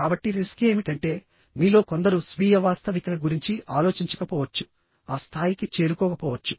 కాబట్టి రిస్క్ ఏమిటంటే మీలో కొందరు స్వీయ వాస్తవికత గురించి ఆలోచించకపోవచ్చు ఆ స్థాయికి చేరుకోకపోవచ్చు